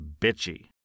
bitchy